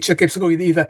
čia kaip sakau ir yra